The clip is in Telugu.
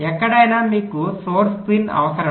ఎక్కడైనా మీకు సోర్స్ పిన్ అవసరం